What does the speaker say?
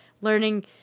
learning